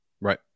right